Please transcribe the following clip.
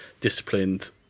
disciplined